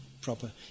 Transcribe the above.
proper